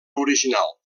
original